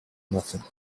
nothing